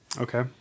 Okay